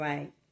Right